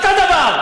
אותו דבר.